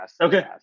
Okay